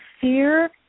fear